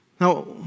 Now